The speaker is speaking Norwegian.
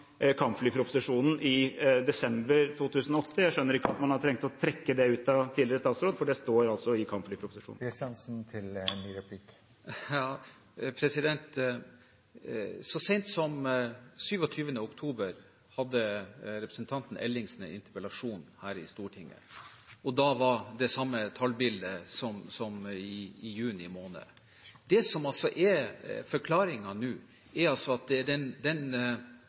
kampflyproposisjonen i desember 2008. Jeg skjønner ikke at man har trengt å trekke det ut av tidligere statsråd, for det står altså i kampflyproposisjonen. Så sent som 27. oktober hadde representanten Ellingsen en interpellasjon her i Stortinget, og da var det det samme tallbildet som i juni måned. Det som altså er forklaringen nå, er altså at